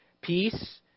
peace